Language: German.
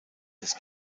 des